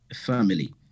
family